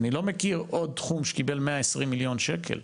אני לא מכיר עוד תחום שקיבל 120 מיליון שקל.